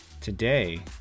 Today